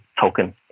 token